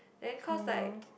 then cause like